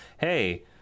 hey